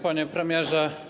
Panie Premierze!